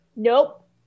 nope